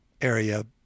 area